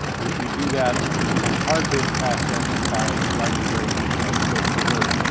we, we do that on a hard bid process by writing very detailed scopes of work.